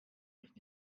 mich